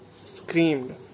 screamed